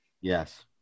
Yes